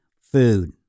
food